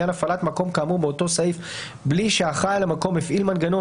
בעניין הפעלת מקום כאמור באותו סעיף בלי שהאחראי על המקום הפעיל מנגנון,